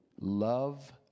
Love